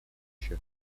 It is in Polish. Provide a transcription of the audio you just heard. się